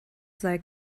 sei